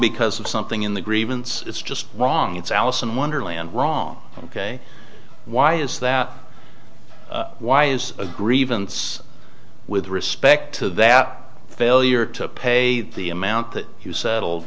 because of something in the grievance it's just wrong it's alice in wonderland wrong ok why is that why is a grievance with respect to that failure to pay the amount that you settled